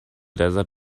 desert